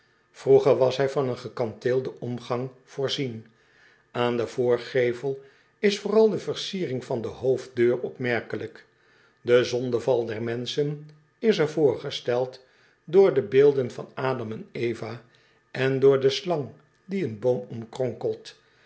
vroeger was hij van een gekanteelden omgang voorzien an den voorgevel is vooral de versiering van de hoofddeur opmerkelijk e zondeval des menschen is er voorgesteld door de beelden van dam en va en door de slang die een boom